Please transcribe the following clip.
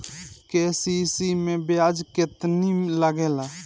KCC मै ब्याज केतनि लागेला?